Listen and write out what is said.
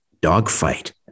dogfight